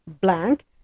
blank